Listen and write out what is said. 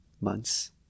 months